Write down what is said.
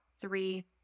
three